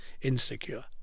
insecure